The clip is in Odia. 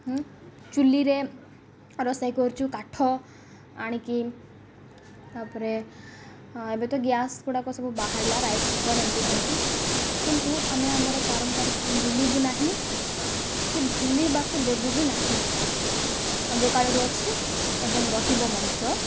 ଚୁଲିରେ ରୋଷେଇ କରୁଛୁ କାଠ ଆଣିକି ତା'ପରେ ଏବେ ତ ଗ୍ୟାସ୍ଗୁଡ଼ାକ ସବୁ ବାହାରିଲା ରାଇସ୍ କୁକର୍ ଏମିତି ସେମିତି କିନ୍ତୁ ଆମେ ଆମର ପାରମ୍ପାରିକ ଭୁଲିବୁ ନାହିଁ କି ଭୁଲିବାକୁ ଦେବୁ ବି ନାହିଁ ଆଗ କାଳରୁ ଅଛି ଏବଂ ରହିବ ମଧ୍ୟ